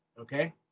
okay